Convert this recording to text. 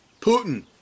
Putin